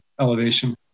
elevation